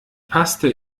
paste